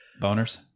Boners